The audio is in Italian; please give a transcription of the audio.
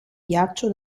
ghiaccio